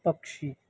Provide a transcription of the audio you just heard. पक्षी